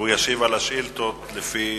והוא ישיב על השאילתות לפי